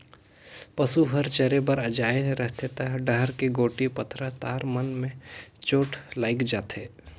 पसू हर चरे बर जाये रहथे त डहर के गोटी, पथरा, तार मन में चोट लायग जाथे